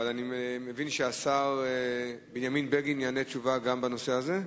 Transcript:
אבל אני מבין שהשר בנימין בגין יענה תשובה גם בנושא הזה?